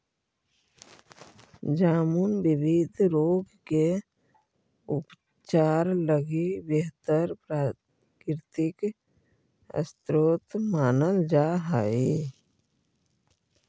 जामुन विविध रोग के उपचार लगी बेहतर प्राकृतिक स्रोत मानल जा हइ